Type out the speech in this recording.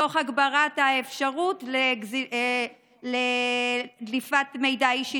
תוך הגברת האפשרות לדליפת מידע אישי